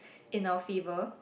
in our favour